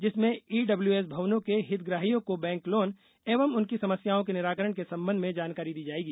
जिसमें ईडब्ल्यूएस भवनों के हितग्राहियों को बैंक लोन एवं उनकी समस्याओं के निराकरण के संबंध में जानकारी दी जाएगी